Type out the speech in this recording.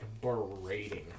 berating